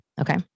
Okay